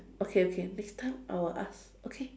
okay okay next time I will ask okay